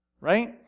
right